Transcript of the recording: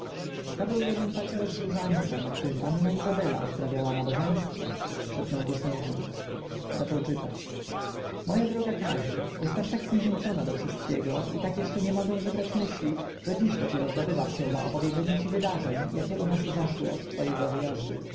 to był jeden paciorek z różańca na którym panna izabela odprawiała nabożeństwo szepnął z uśmiechem zaczął czytać moja droga kaziu jestem tak zniechęcona do wszystkiego i tak jeszcze nie mogę zebrać myśli że dziś dopiero zdobywam się na opowiedzenie ci wydarzeń jakie u nas zaszły od twego wyjazdu